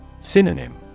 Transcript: Synonym